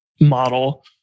model